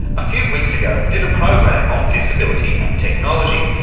a few weeks ago we did a program on disability and technology,